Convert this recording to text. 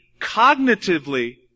cognitively